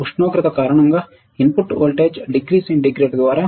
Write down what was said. ఉష్ణోగ్రత కారణంగా input voltage degree centigrade ద్వారా 0